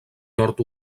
nord